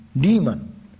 demon